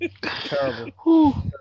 Terrible